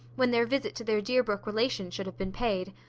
when their visit to their deerbrook relations should have been paid.